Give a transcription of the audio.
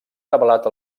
revelat